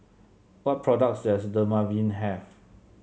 what products does Dermaveen have